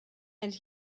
and